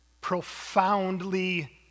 profoundly